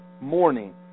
morning